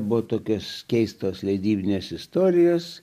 buvo tokios keistos leidybinės istorijos